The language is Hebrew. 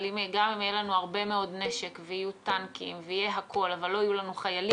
אבל גם אם יהיה לנו הרבה נשק אבל לא יהיו לנו חיילים,